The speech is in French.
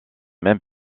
même